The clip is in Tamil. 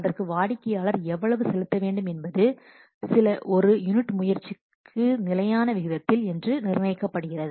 அதற்கு வாடிக்கையாளர் எவ்வளவு செலுத்த வேண்டும் என்பது சில ஒரு யூனிட் முயற்சிக்கு நிலையான விதத்தில் என்று நிர்ணயிக்கப்படுகிறது